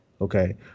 Okay